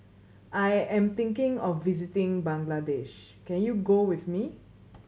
I am thinking of visiting Bangladesh can you go with me